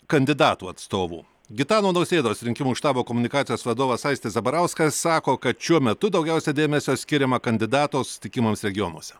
kandidatų atstovų gitano nausėdos rinkimų štabo komunikacijos vadovas aistis zabarauskas sako kad šiuo metu daugiausia dėmesio skiriama kandidato susitikimams regionuose